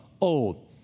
old